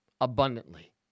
abundantly